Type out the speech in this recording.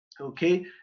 Okay